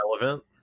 relevant